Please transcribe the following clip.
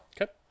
Okay